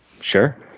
Sure